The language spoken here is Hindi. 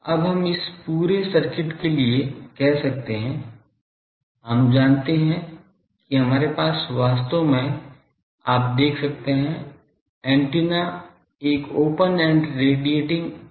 अब हम इस पूरे सर्किट के लिए कर सकते हैं हम जानते हैं कि हमारे पास वास्तव में आप देख सकते हैं एंटीना एक ओपन एंड रेडिएटिंग चीज़ है